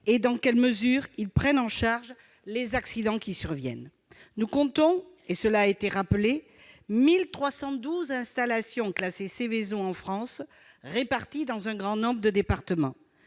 dans quelle mesure ils prennent en charge les éventuels accidents. Nous comptons, comme cela a été souligné, 1 312 installations classées Seveso en France, réparties dans un grand nombre de départements.